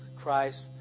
Christ